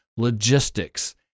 Logistics